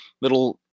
little